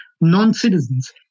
non-citizens